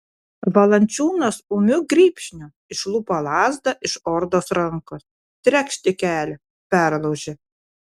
valančiūnas ūmiu grybšniu išlupo lazdą iš ordos rankos trekšt į kelį perlaužė